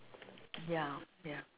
ya ya